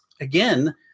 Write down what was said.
again